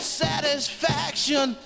satisfaction